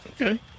Okay